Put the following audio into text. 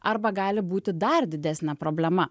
arba gali būti dar didesnė problema